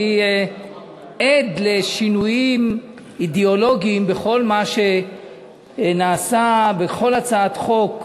אני עד לשינויים אידיאולוגיים בכל מה שנעשה בכל הצעת חוק,